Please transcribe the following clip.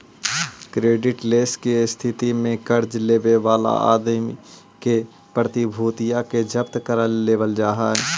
creditless के स्थिति में कर्ज लेवे वाला आदमी के प्रतिभूतिया के जब्त कर लेवल जा हई